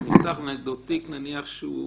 גנב.